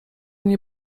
nie